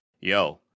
yo